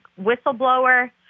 whistleblower